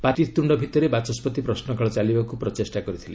ପାଟିତ୍ୱ ଭିତରେ ବାଚସ୍କତି ପ୍ରଶ୍ରକାଳ ଚାଲିବାକୁ ପ୍ରଚେଷ୍ଟା କରିଥିଲେ